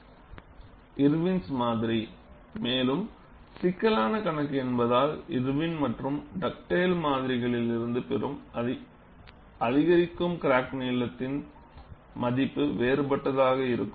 Irwin's மாதிரிIrwins Model மேலும் சிக்கலான கணக்கு என்பதால் இர்வின் மற்றும் டக்டேல் மாதிரிளிலிருந்து பெறும் அதிகரிக்கும் கிராக்நீளத்தின் மதிப்பு வேறுபட்டதாக இருக்கும்